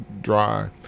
dry